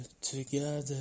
together